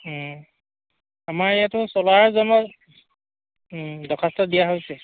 আমাৰ ইয়াতো চোলাৰ জমাৰ দৰ্খাস্ত দিয়া হৈছে